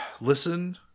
Listen